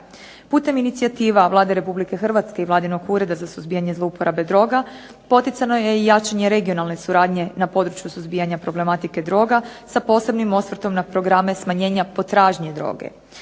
Putem inicijativa Vlade Republike Hrvatske i Vladinog Ureda za suzbijanje zlouporabe droga poticano je i jačanje regionalne suradnje na području suzbijanja problematike droga, sa posebnim osvrtom na programe smanjenja potražnje droge.